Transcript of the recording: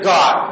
God